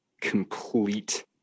complete